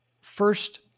first